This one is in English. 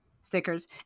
stickers